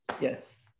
yes